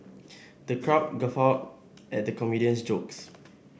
the crowd guffawed at the comedian's jokes